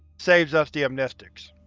saves us the amnestics.